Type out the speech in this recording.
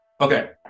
Okay